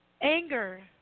Anger